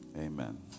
Amen